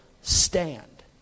stand